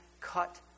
cut